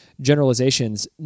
generalizations